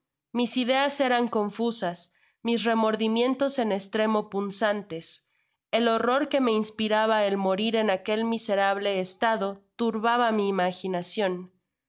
mis ideas eran confusas mis remordimientos en estremo punzantes el horror que me inspiraba el morir en aquel miserable estado turbaba mi imaginacion